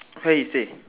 where he stay